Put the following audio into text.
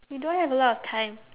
you don't have a lot of time